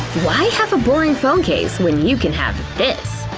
why have a boring phone case when you can have this!